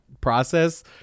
process